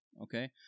okay